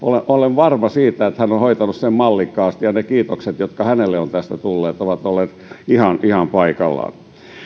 olen varma siitä että hän on hoitanut sen mallikkaasti ja ne kiitokset jotka hänelle ovat tästä tulleet ovat olleet ihan ihan paikallaan